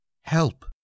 Help